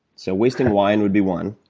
so, wasting wine would be one.